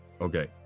Okay